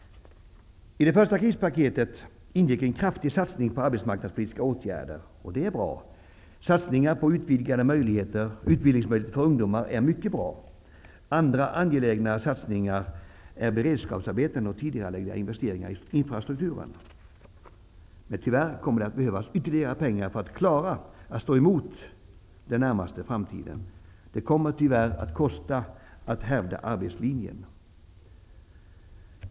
I det första krispaketet ingick en kraftig satsning på arbetsmarknadspolitiska åtgärder. Det är bra. Satsningar på utvidgade utbildningsmöjligheter för ungdomar är mycket bra. Andra angelägna satsningar är beredskapsarbeten och tidigarelagda investeringar i infrastruktur. Tyvärr kommer det att behövas ytterligare pengar för att klara att stå emot arbetslösheten den närmaste framtiden. Det kommer tyvärr att kosta att hävda arbetslinjen.